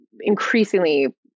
increasingly